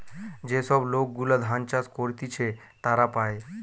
যে সব লোক গুলা ধান চাষ করতিছে তারা পায়